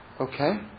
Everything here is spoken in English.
Okay